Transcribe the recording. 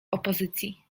opozycji